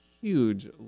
huge